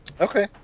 okay